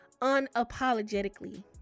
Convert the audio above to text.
unapologetically